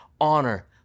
honor